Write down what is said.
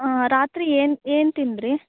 ರಾತ್ರಿ ಏನು ಏನು ತಿಂದಿರಿ